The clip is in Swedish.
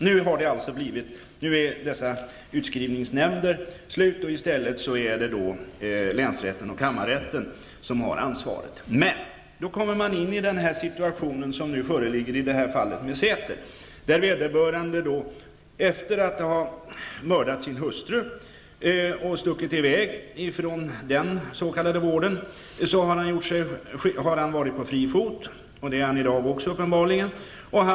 Nu har prövningen i utskrivningsnämnderna upphört, och i stället är det länsrätten och kammarrätten som har ansvaret. Man hamnar då i den situation som nu föreligger i det här fallet med Säter. Vederbörande har efter att ha mördat sin hustru och stuckit ifrån den s.k. vården varit på fri fot, och det är han uppenbarligen också i dag.